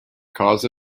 cause